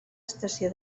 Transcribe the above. estació